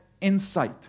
insight